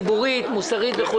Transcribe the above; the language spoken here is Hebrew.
גם ציבורית וגם מוסרית.